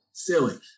Silly